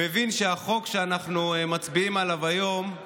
מבין שהחוק שאנחנו מצביעים עליו היום הוא